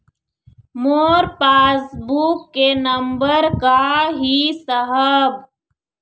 मोर passbook के नंबर का ही साहब?